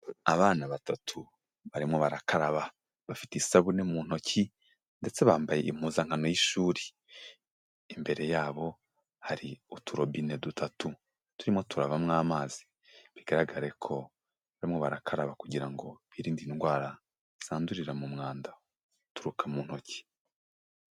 Abana batatu barimo barakaraba bafite isabune mu ntoki ndetse bambaye impuzankano y'ishuri, imbere yabo hari uturobine dutatu turimo turavamo amazi bigaragare ko barimo barakaraba kugira ngo birinde indwara zandurira mu mwanda uturuka mu ntoki.